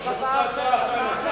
יש לי הצעה אחרת.